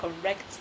correct